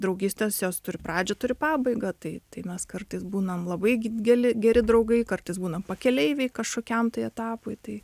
draugystės jos turi pradžią turi pabaigą tai tai mes kartais būnam labai geli geri draugai kartais būnam pakeleiviai kažkokiam tai etapui tai